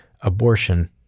Abortion